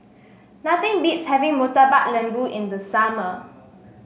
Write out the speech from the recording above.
nothing beats having Murtabak Lembu in the summer